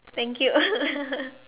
thank you